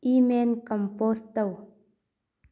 email compose ꯇꯧ